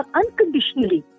unconditionally